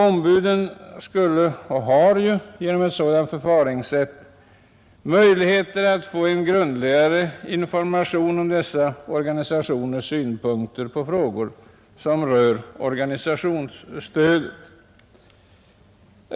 Ombuden har ju genom ett sådant förfaringssätt möjligheter att få en grundlig information om dessa organisationers synpunkter på frågor som rör organisationsstödet.